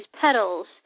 petals